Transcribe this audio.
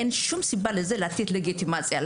אין שום סיבה לזה לתת לגיטימציה.